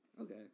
Okay